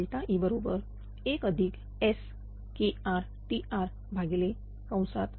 STr